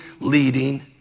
leading